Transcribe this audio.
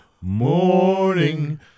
morning